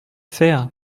faire